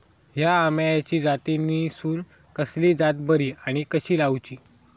हया आम्याच्या जातीनिसून कसली जात बरी आनी कशी लाऊची?